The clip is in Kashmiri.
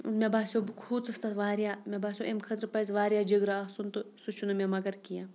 مےٚ باسیٚو بہٕ کھوٗژٕس تَتھ واریاہ مےٚ باسیٚو اَمہِ خٲطرٕ پَزِ واریاہ جِگرٕ آسُن تہٕ سُہ چھُ نہٕ مےٚ مَگر کیٚنہہ